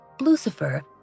Lucifer